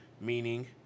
meaning